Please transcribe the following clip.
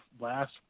last